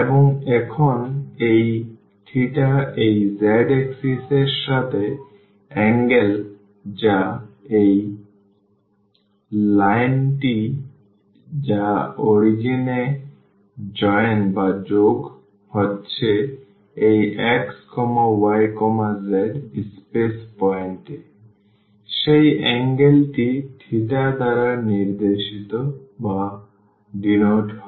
এবং এখন এই এই z axis এর সাথে অ্যাঙ্গেল যা এই লাইনটি যা এই অরিজিন এ যোগ হচ্ছে এই x y z space point এ সেই অ্যাঙ্গেলটি দ্বারা নির্দেশিত হয়